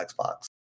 Xbox